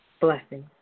Blessing